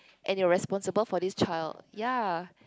and you're responsible for this child ya